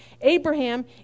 Abraham